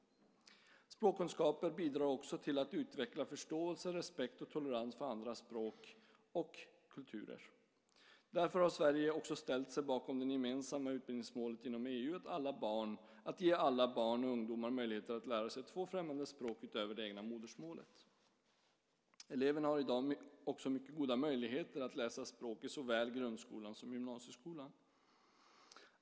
Språkkunskaper bidrar också till att utveckla förståelse, respekt och tolerans för andras språk och kulturer. Därför har Sverige också ställt sig bakom det gemensamma utbildningsmålet inom EU att ge alla barn och ungdomar möjligheter att lära sig två språk utöver det egna modersmålet. Eleverna har i dag också mycket goda möjligheter att läsa språk i såväl grundskolan som gymnasieskolan.